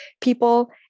people